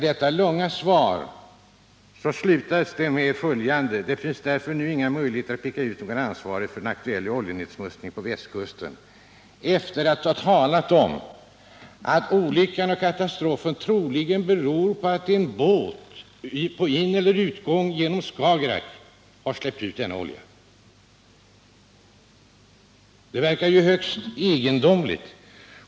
Detta långa svar avslutas med följande: ”Det finns därför nu inga möjligheter att peka ut någon som ansvarig för den aktuella oljenedsmutsningen på västkusten.” Detta sägs efter att man har talat om att olyckan och katastrofen troligen berodde på att en båt på ineller utgång genom Skagerack släppte ut denna olja. Det verkar högst egendomligt.